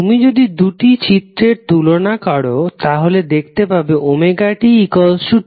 তুমি যদি দুটো চিত্রের তুলনা করো তাহলে দেখতে পাবে ωT2π